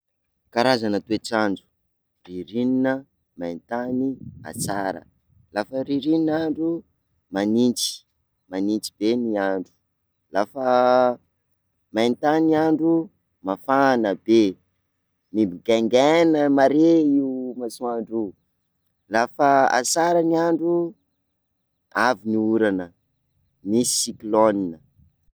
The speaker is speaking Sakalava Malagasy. Karazana toetrandro: ririnina, main-tany, asara, la fa ririnina andro, magnintsy, magnintsy be ny andro, la fa main-tany andro, mafana be, migaingaina mare io masoandro io, la fa asara ny andro avy ny orana, misy cyclone.